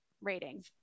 rating